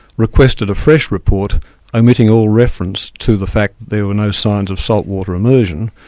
requested a fresh report omitting all reference to the fact that there were no signs of saltwater immersion,